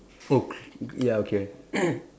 !oops! ya okay